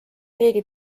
keegi